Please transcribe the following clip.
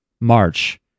March